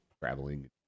traveling